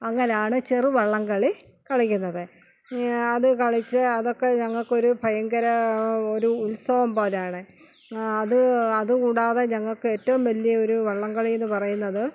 അങ്ങനെയാണ് ചെറു വള്ളംകളി കളിക്കുന്നത് അത് കളിച്ച് അതൊക്കെ ഞങ്ങൾക്ക് ഒരു ഭയങ്കര ഒരു ഉത്സവം പോലെയാണ് അത് അത് കൂടാതെ ഞങ്ങൾക്ക് ഏറ്റവും വലിയ ഒരു വള്ളംകളി എന്ന് പറയുന്നത്